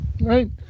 Right